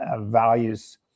values